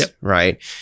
right